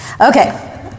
okay